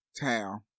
town